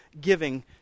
giving